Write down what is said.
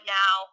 now